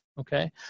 okay